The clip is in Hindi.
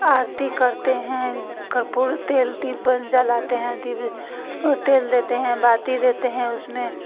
आरती करते हैं कपूर तेल दीप बन जलाते हैं दीप और तेल देते हैं बाती देते हैं उस में